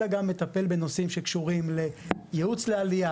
אלא גם מטפל בנושאים שקשורים לייעוץ לעלייה,